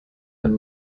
wenn